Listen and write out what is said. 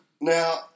Now